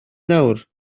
nawr